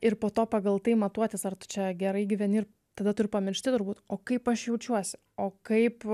ir po to pagal tai matuotis ar tu čia gerai gyveni ir tada turiu pamiršti turbūt o kaip aš jaučiuosi o kaip